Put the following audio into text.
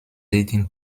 leading